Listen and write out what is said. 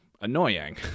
annoying